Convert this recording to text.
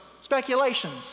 speculations